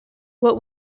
what